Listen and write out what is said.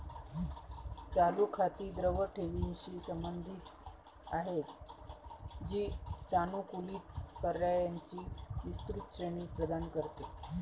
चालू खाती द्रव ठेवींशी संबंधित आहेत, जी सानुकूलित पर्यायांची विस्तृत श्रेणी प्रदान करते